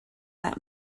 that